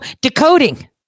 decoding